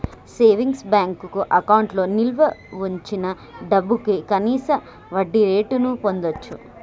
savings bank అకౌంట్లో నిల్వ వుంచిన డబ్భుకి కనీస వడ్డీరేటును పొందచ్చు